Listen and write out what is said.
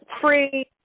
free